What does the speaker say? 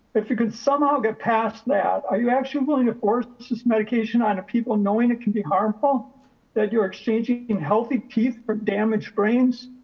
if you could somehow get past that, are you actually willing to force this medication on a people knowing it can be harmful that you're exchanging in healthy teeth for damaged brains.